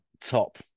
top